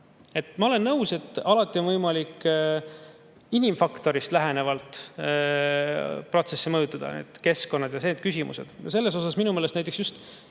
Ma olen nõus, et alati on võimalik inimfaktorist lähtuvalt protsessi mõjutada, on keskkonnad ja need küsimused. Selles mõttes on minu meelest näiteks just